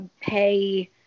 pay